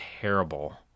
terrible